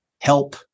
help